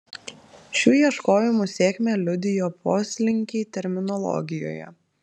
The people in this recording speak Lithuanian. šių ieškojimų sėkmę liudijo poslinkiai terminologijoje